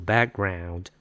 Background